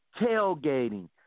tailgating